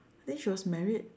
think she was married